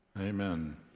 Amen